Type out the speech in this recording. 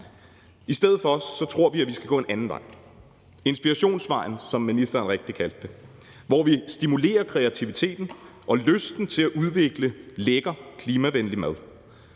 I stedet for tror vi, at vi skal gå en anden vej, inspirationsvejen, som ministeren rigtigt kaldte den, hvor vi stimulerer kreativiteten og lysten til at udvikle lækker klimavenlig mad.